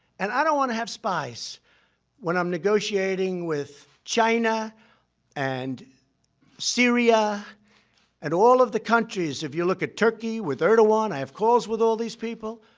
and i don't want to have spies when i'm negotiating with china and syria and all of the countries if you look at turkey, with erdogan. i have calls with all these people.